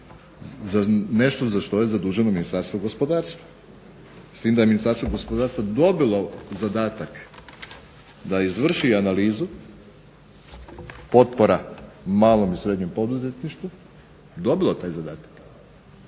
nešto za što je zadužen u Ministarstvu gospodarstva s tim da je Ministarstvo gospodarstva dobilo zadatak da izvrši analizu potpora malom i srednjem poduzetništvu, dobilo taj zadatak,